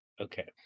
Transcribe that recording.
Okay